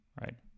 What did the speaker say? right